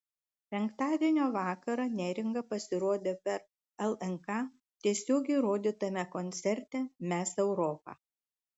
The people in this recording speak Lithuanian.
penktadienio vakarą neringa pasirodė per lnk tiesiogiai rodytame koncerte mes europa